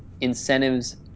incentives